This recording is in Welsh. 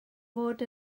fod